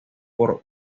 por